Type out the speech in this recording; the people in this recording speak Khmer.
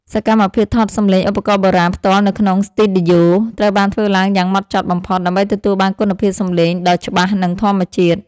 សកម្មភាពថតសំឡេងឧបករណ៍បុរាណផ្ទាល់នៅក្នុងស្ទីឌីយ៉ូ ត្រូវបានធ្វើឡើងយ៉ាងម៉ត់ចត់បំផុត ដើម្បីទទួលបានគុណភាពសំឡេងដ៏ច្បាស់ និងធម្មជាតិ។